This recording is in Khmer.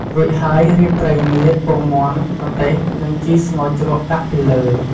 រួចហើយ រៀបត្រីងៀត ពងមាន់ ម្ទេស និងជីសោ្ងរជ្រក់ដាក់ពីលើ។